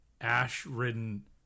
ash-ridden